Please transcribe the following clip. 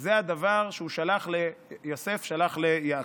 זה הדבר שיוסף שלח ליעקב.